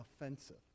offensive